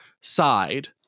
side